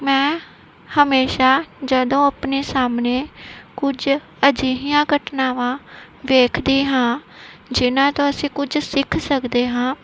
ਮੈਂ ਹਮੇਸ਼ਾ ਜਦੋਂ ਆਪਣੇ ਸਾਹਮਣੇ ਕੁਝ ਅਜਿਹੀਆਂ ਘਟਨਾਵਾਂ ਵੇਖਦੀ ਹਾਂ ਜਿਨਾਂ ਤੋਂ ਅਸੀਂ ਕੁਝ ਸਿੱਖ ਸਕਦੇ ਹਾਂ